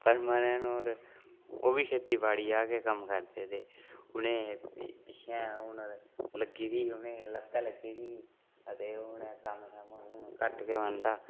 परमा नैन होर ओह् बी खेतीबाड़िया गै कम्म करदे ते उ'नें पी पिच्छै हून लग्गी दी ही उ'नें लत्तै लग्गी दी ही ते हून कम्म शम्म हून घट्ट गै होंदा